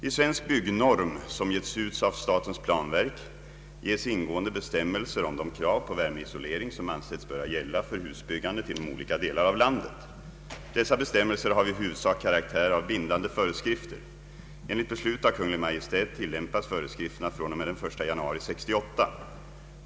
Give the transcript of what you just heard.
I Svensk byggnorm, som getts ut av statens planverk, ges ingående bestämmelser om de krav på värmeisolering som ansetts böra gälla för husbyggandet inom olika delar av landet. Dessa bestämmelser har i huvudsak karaktär av bindande föreskrifter. Enligt beslut av Kungl. Maj:t tillämpas föreskrifterna från och med den 1 januari 1968.